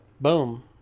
boom